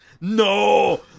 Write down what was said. No